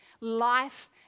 life